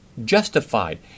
Justified